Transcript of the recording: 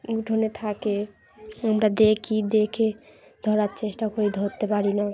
উঠোনে থাকে আমরা দেখি দেখে ধরার চেষ্টা করি ধরতে পারি না